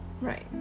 Right